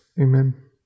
Amen